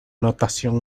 notación